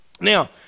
Now